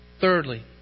Thirdly